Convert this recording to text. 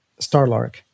Starlark